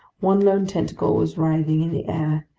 one lone tentacle was writhing in the air.